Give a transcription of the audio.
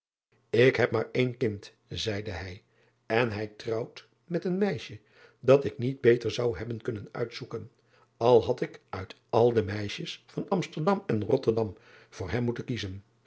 k heb maar één kind zeide hij en hij trouwt met een meisje dat ik niet beter zou hebben kunnen uitzoeken al had ik uit al de meisjes van msterdam en otterdam voor hem moeten kiezen